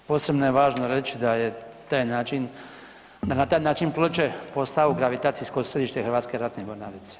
Posebno je važno reći da je taj način, da je na taj način Ploče postao gravitacijsko središte Hrvatske ratne mornarice.